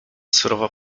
surowo